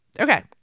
Okay